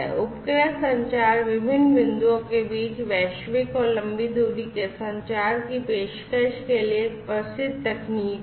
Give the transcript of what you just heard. उपग्रह संचार विभिन्न बिंदुओं के बीच वैश्विक और लंबी दूरी के संचार की पेशकश के लिए एक प्रसिद्ध तकनीक है